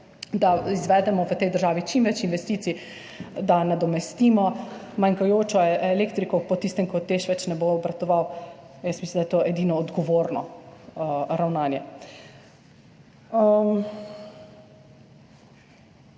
da izvedemo v tej državi čim več investicij, da nadomestimo manjkajočo elektriko po tistem, ko TEŠ več ne bo obratoval, mislim, da je to edino odgovorno ravnanje.